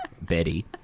Betty